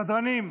סדרנים,